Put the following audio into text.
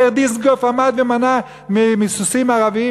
מאיר דיזנגוף עמד ומנע מסוסים ערבים,